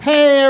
Hey